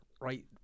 right